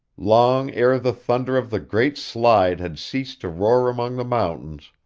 long ere the thunder of the great slide had ceased to roar among the mountains,